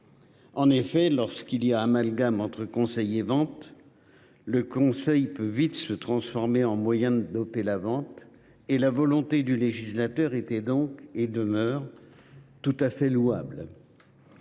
derniers. Lorsqu’il y a amalgame entre conseil et vente, le conseil peut vite devenir le moyen de doper la vente. La volonté du législateur était donc et demeure tout à fait louable.